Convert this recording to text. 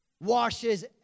Washes